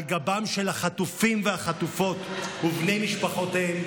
על גבם של החטופים והחטופות ובני משפחותיהם,